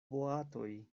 boatoj